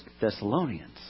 Thessalonians